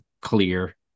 clear